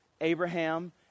Abraham